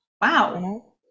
Wow